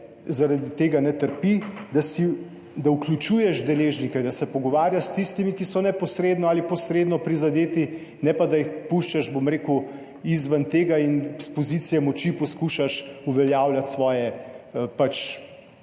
zaradi tega ne trpi, da vključuješ deležnike, da se pogovarjaš s tistimi, ki so neposredno ali posredno prizadeti, ne pa da jih puščaš, bom rekel, izven tega in s pozicije moči poskušaš uveljavljati svoje